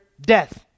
Death